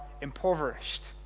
impoverished